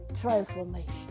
transformation